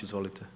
Izvolite.